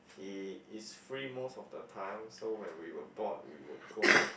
he is free most of the time so when we were bored we will go